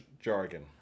jargon